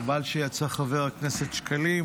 חבל שיצא חבר הכנסת שקלים,